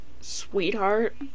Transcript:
sweetheart